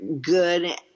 good